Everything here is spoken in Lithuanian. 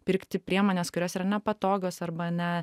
pirkti priemones kurios yra nepatogios arba ne